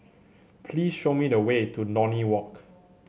please show me the way to Lornie Walk